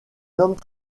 homme